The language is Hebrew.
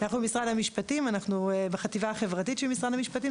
אנחנו בחטיבה החברתית של משרד המשפטים.